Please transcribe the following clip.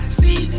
see